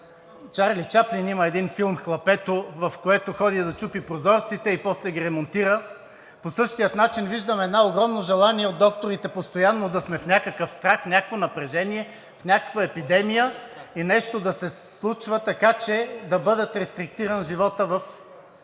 Чарли Чаплин. Има един филм „Хлапето“, в който то ходи да чупи прозорците и после ги ремонтира. По същия начин виждам едно огромно желание у докторите постоянно да сме в някакъв страх, в някакво напрежение, в някаква епидемия и нещо да се случва така, че да бъде рестриктиран животът в